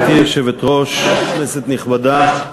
גברתי היושבת-ראש, כנסת נכבדה,